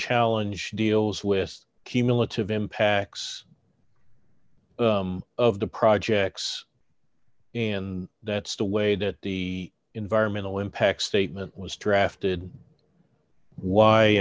challenge deals with cumulative impacts of the projects and that's the way that the environmental impact statement was drafted why